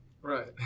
Right